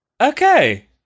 Okay